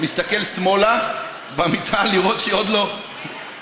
מסתכל במיטה שמאלה לראות שהיא עוד לא ברחה,